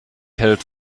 hält